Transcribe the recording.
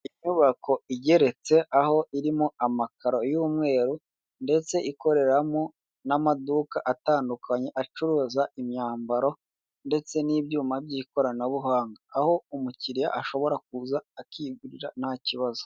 Inyubako igeretse aho irimo amakaro y'umweru ndetse ikoreramo n'amaduka atandukanye acuruza imyambaro ndetse n'ibyuma by'ikoranabuhanga, aho umukiriya ashobora kuza akigurira nta kibazo.